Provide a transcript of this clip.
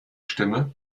stimme